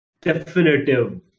definitive